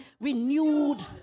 renewed